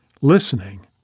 listening